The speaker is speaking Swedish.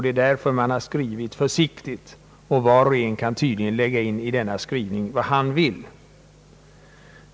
ändring i giftermålsbalken, m.m. man skrivit försiktigt, och var och en kan tydligen i denna skrivning lägga in vad han vill.